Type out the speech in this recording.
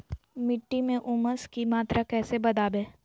मिट्टी में ऊमस की मात्रा कैसे बदाबे?